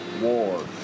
war